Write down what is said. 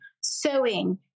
sewing